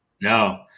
No